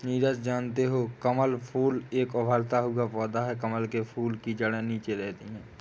नीरज जानते हो कमल फूल एक उभरता हुआ पौधा है कमल के फूल की जड़े नीचे रहती है